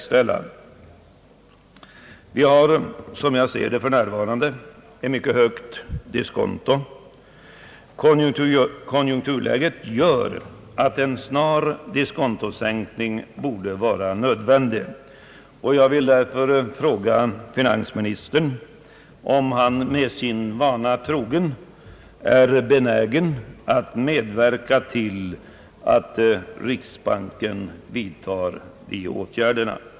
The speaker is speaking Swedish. Som jag ser det har vi nu ett mycket högt diskonto. Konjunkturläget är sådant att en snar diskontosänkning borde vara nödvändig, och jag vill fråga finansministern om han, sin vana trogen, är benägen att medverka till att riksbanken vidtar en sådan åtgärd.